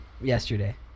yesterday